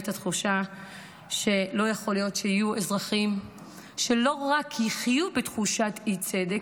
התחושה שלא יכול להיות שיהיו אזרחים שלא רק יחיו בתחושת אי-צדק,